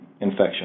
infection